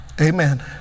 Amen